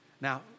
Now